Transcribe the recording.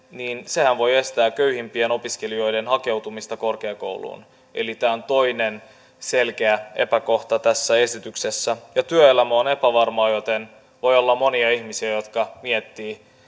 sehän voi estää köyhimpien opiskelijoiden hakeutumista korkeakouluun eli tämä on toinen selkeä epäkohta tässä esityksessä työelämä on epävarmaa joten voi olla monia ihmisiä jotka miettivät